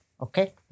Okay